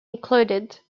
included